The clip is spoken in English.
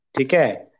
Okay